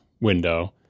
window